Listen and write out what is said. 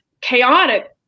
chaotic